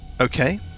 Okay